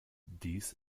dies